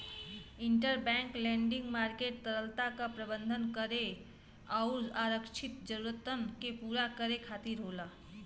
interbank lending market तरलता क प्रबंधन करे आउर आरक्षित जरूरतन के पूरा करे खातिर होला